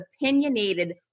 opinionated